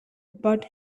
but